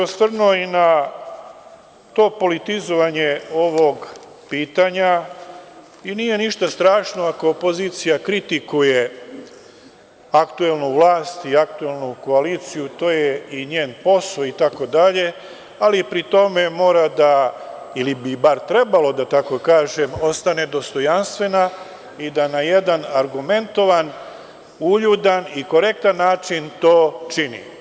Osvrnuo bih se i na to politizovanje ovog pitanja i nije ništa strašno ako opozicija kritikuje aktuelnu vlast i aktuelnu koaliciju, to je i njen posao itd, ali pri tome mora da, ili bi bar trebalo, da tako kažem, ostane dostojanstvena i da na jedan argumentovan, uljudan i korektan način to čini.